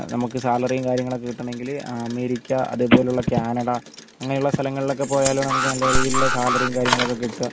നമുക്ക് സാലറിയും കാര്യങ്ങളും ഒക്കെ കിട്ടണമെങ്കിൽ അമേരിക്ക അതേപോലുള്ള കാനഡ അങ്ങനെ ഉള്ള സ്ഥലങ്ങളിൽ ഒക്കെ പോയാലാണ് നമുക്ക് നല്ല രീതിയിലുള്ള സാലറി കാര്യങ്ങൾ ഒക്കെ കിട്ടുക